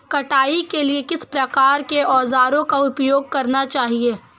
कटाई के लिए किस प्रकार के औज़ारों का उपयोग करना चाहिए?